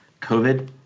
COVID